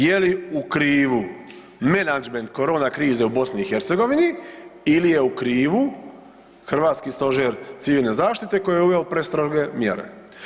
Je li u krivu menadžment korona krize u BiH-u ili je u krivu hrvatski Stožer civilne zaštite koji je uveo prestroge mjere?